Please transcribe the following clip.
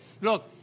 Look